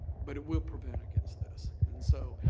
but it will prevent against this and so.